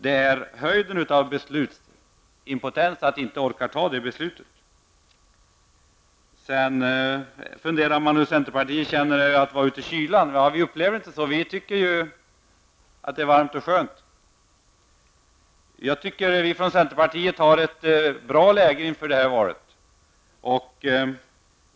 Det är höjden av beslutsimpotens att inte orka fatta det beslutet. Finansministern funderade över hur det känns för centerpartiet att vara ute i kylan. Vi upplever det inte så, utan vi tycker att det är varmt och skönt. Jag tycker att centerpartiet har ett bra läge inför det kommande valet.